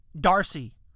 Darcy